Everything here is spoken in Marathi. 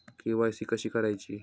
के.वाय.सी कशी करायची?